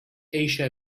eixa